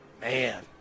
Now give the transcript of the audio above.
Man